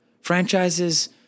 Franchises